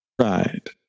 Right